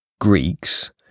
Greeks